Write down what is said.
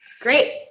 Great